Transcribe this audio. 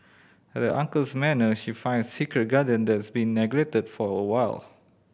at the uncle's manor she finds a secret garden that's been neglected for a while